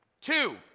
Two